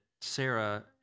Sarah